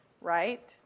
right